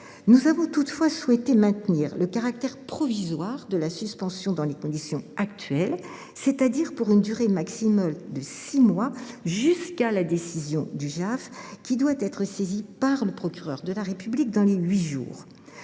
Nous avons toutefois souhaité maintenir le caractère provisoire de la suspension dans les conditions actuelles, c’est à dire pour une durée maximale de six mois, jusqu’à la décision du JAF, qui doit être saisi par le procureur de la République dans les huit jours.